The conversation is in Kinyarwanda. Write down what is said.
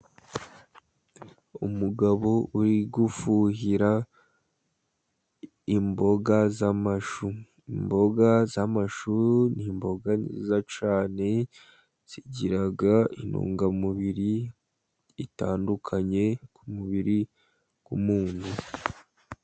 Umugabo uri gufuhira imboga z'amashu, imboga z'amashu ni imboga nziza cyane, zigiraga intungamubiri itandukanye ku mubiri w'umuntu.